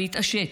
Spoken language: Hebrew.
להתעשת,